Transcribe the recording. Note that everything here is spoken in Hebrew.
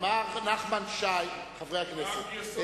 אמר נחמן שי, חברי הכנסת.